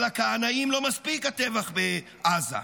אבל לכהנאים לא מספיק הטבח בעזה,